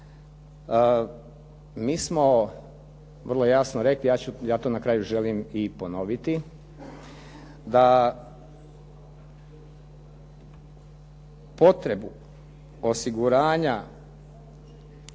Mi smo vrlo jasno rekli, ja to na kraju želim i ponoviti, da potrebu osiguranja